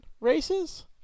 races